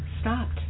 stopped